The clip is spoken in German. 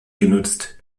genutzt